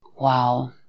Wow